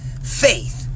faith